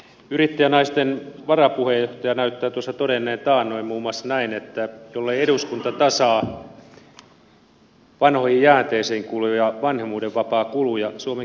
yrittäjänaisten varapuheenjohtaja näyttää tuossa todenneen taannoin muun muassa näin että jollei eduskunta tasaa vanhoihin jäänteisiin kuuluvia vanhemmuudenvapaakuluja suomen kilpailukyky romahtaa